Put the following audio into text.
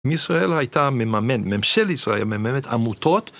ישראל הייתה מממנת, ממשלת ישראל מממנת עמותות.